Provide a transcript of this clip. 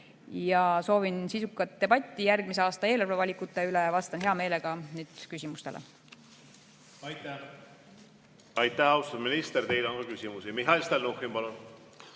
Ja soovin sisukat debatti järgmise aasta eelarvevalikute üle. Vastan hea meelega nüüd küsimustele. Aitäh, austatud minister! Teile on ka küsimusi. Mihhail Stalnuhhin, palun!